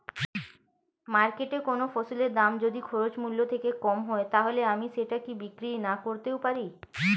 মার্কেটৈ কোন ফসলের দাম যদি খরচ মূল্য থেকে কম হয় তাহলে আমি সেটা কি বিক্রি নাকরতেও পারি?